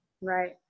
Right